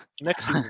Next